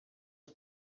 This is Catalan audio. dos